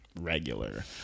regular